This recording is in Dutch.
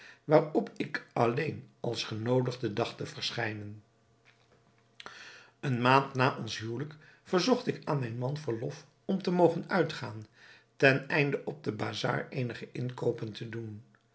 waarop ik alleen als genoodigde dacht te verschijnen een kadi is een turksche regter of regtsgeleerde eene maand na ons huwelijk verzocht ik aan mijn man verlof om te mogen uitgaan ten einde op de bazar eenige inkoopen te doen